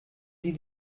sie